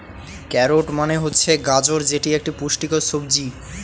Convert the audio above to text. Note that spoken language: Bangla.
ক্যারোট মানে হচ্ছে গাজর যেটি একটি পুষ্টিকর সবজি